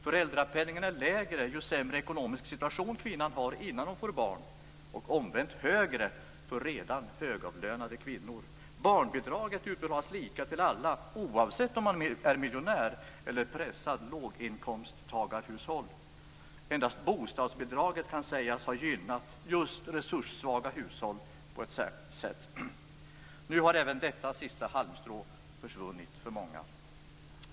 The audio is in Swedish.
Föräldrapenningen är lägre ju sämre ekonomisk situation kvinnan har innan hon får barn och omvänt högre för redan högavlönade kvinnor. Barnbidraget utbetalas lika till alla, oavsett om man är miljonär eller pressat långinkomsttagarhushåll. Endast bostadsbidraget kan sägas ha gynnat just resurssvaga hushåll på ett särskilt sätt. Nu har även detta sista halmstrå försvunnit för många.